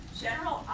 general